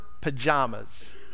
pajamas